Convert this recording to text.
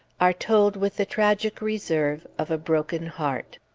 are told with the tragic reserve of a broken heart.